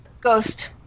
Ghost